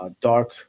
dark